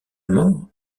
mort